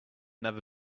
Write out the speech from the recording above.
never